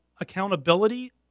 accountability